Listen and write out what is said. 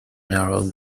narrow